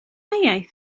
iaith